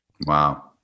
Wow